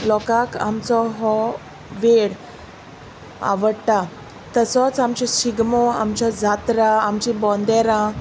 लोकांक आमचो हो वेळ आवडटा तसोच आमचो शिगमो आमच्यो जात्रा आमचीं बोंदेरां